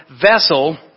vessel